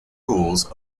rules